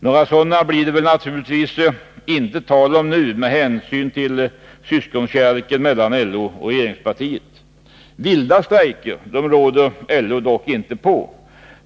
Några sådana blir det naturligtvis inte tal om nu, med tanke på syskonkärleken mellan LO och regeringspartiet. Vilda strejker råder LO dock inte på.